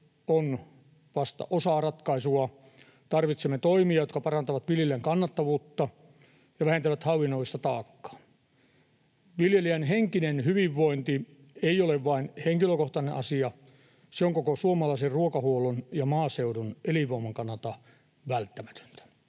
on vasta osa ratkaisua. Tarvitsemme toimia, jotka parantavat viljelijän kannattavuutta ja vähentävät hallinnollista taakkaa. Viljelijän henkinen hyvinvointi ei ole vain henkilökohtainen asia, se on koko suomalaisen ruokahuollon ja maaseudun elinvoiman kannalta välttämätöntä.